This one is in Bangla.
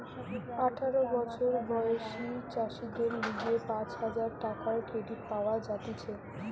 আঠারো বছর বয়সী চাষীদের লিগে পাঁচ হাজার টাকার ক্রেডিট পাওয়া যাতিছে